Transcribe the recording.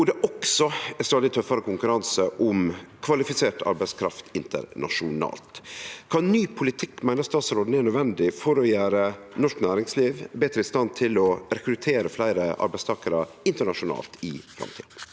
også er stadig tøffare konkurranse om kvalifisert arbeidskraft internasjonalt. Kva ny politikk meiner statsråden er nødvendig for å gjere norsk næringsliv betre i stand til å rekruttere fleire arbeidstakarar internasjonalt i framtida?»